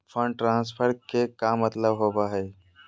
Fund transfer के का मतलब होव हई?